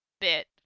bit